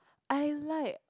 I like